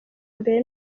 mbere